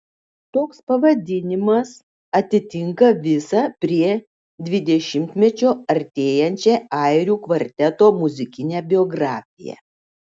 toks pavadinimas atitinka visą prie dvidešimtmečio artėjančią airių kvarteto muzikinę biografiją